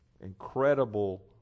incredible